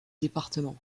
département